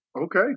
Okay